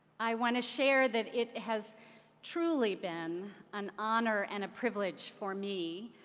i want to share that it has truly been an honor and a privilege for me